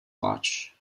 watch